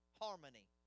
harmony